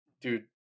dude